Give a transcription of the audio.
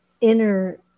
inner